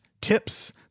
tips